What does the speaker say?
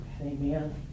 Amen